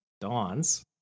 Dawns